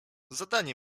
zadanie